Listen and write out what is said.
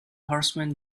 horseman